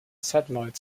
satellite